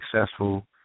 successful